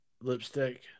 lipstick